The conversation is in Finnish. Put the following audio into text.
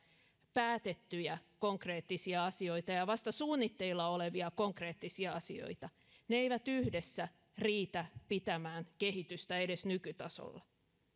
päätettyjä konkreettisia asioita ja ja vasta suunnitteilla olevia konkreettisia asioita ne eivät yhdessä riitä pitämään kehitystä edes nykytasolla